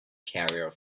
carrier